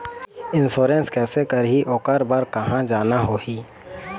Insurance कैसे करही, ओकर बर कहा जाना होही?